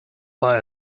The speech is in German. war